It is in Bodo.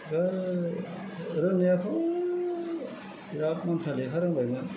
दा रोंनायाथ' बेराद मानसिया लेखा रोंबायमोन